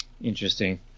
Interesting